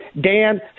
Dan